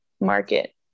market